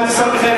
את השר מיכאל